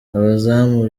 abazamu